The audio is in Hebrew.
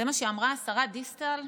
זה מה שאמרה השרה דיסטל,